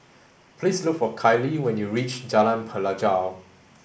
please look for Kylee when you reach Jalan Pelajau